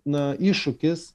na iššūkis